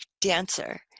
dancer